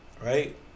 Right